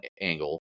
angle